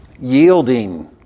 yielding